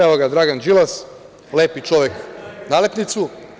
Evo ga, Dragan Đilas, lepi čovek nalepnicu.